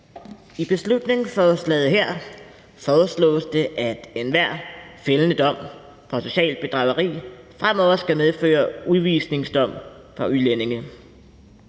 I beslutningsforslaget her foreslås det, at enhver fældende dom for socialt bedrageri fremover skal medføre udvisningsdom for udlændinge.